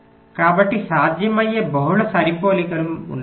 కాబట్టి సాధ్యమయ్యే బహుళ సరిపోలికలు ఉండవచ్చు